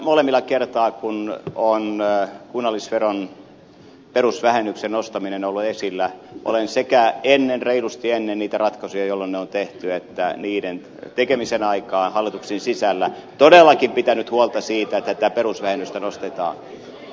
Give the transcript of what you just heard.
molemmilla kertaa kun on kunnallisveron perusvähennyksen nostaminen ollut esillä olen sekä reilusti ennen niitä ratkaisuja jolloin ne on tehty että niiden tekemisen aikaan hallituksen sisällä todellakin pitänyt huolta siitä että tätä perusvähennystä nostetaan